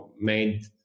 made